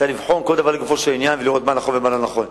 צריך לבחון כל דבר לגופו של עניין ולראות מה נכון ומה לא נכון.